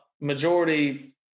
majority